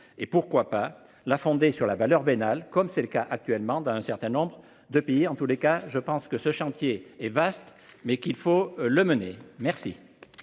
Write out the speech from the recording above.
Et pourquoi ne pas la fonder sur la valeur vénale, comme c’est le cas actuellement dans un certain nombre de pays ? Je pense que ce chantier est vaste, mais qu’il faut le mener à terme.